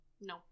No